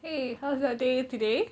!hey! how's your day today